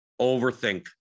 overthink